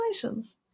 Congratulations